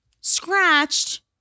scratched